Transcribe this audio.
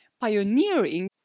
pioneering